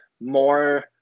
more